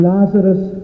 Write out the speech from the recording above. Lazarus